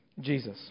Jesus